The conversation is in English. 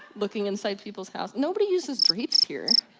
looking inside people's houses. nobody uses drapes here.